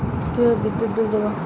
কিভাবে বিদ্যুৎ বিল দেবো?